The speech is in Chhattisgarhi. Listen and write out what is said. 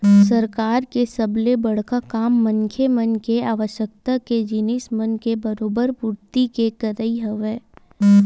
सरकार के सबले बड़का काम मनखे मन के आवश्यकता के जिनिस मन के बरोबर पूरति के करई हवय